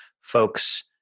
folks